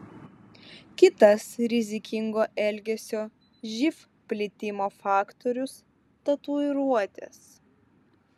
kitas rizikingo elgesio živ plitimo faktorius tatuiruotės